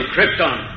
Krypton